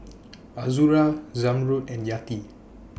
Azura Zamrud and Yati